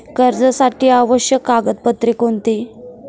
कर्जासाठी आवश्यक कागदपत्रे कोणती?